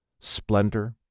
splendor